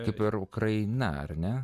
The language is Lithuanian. kaip ir ukraina ar ne